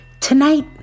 Tonight